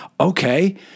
okay